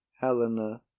helena